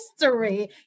history